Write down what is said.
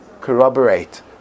corroborate